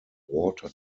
water